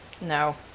No